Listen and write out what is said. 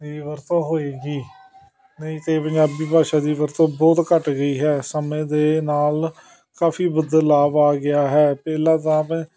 ਦੀ ਵਰਤੋਂ ਹੋਏਗੀ ਨਹੀਂ ਅਤੇ ਪੰਜਾਬੀ ਭਾਸ਼ਾ ਦੀ ਵਰਤੋਂ ਬਹੁਤ ਘੱਟ ਗਈ ਹੈ ਸਮੇਂ ਦੇ ਨਾਲ ਕਾਫੀ ਬਦਲਾਵ ਆ ਗਿਆ ਹੈ ਪਹਿਲਾ ਤਾਂ